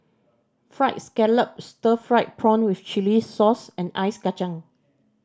Fried Scallop stir fried prawn with chili sauce and Ice Kachang